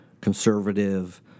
conservative